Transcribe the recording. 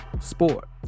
sport